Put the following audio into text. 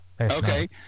Okay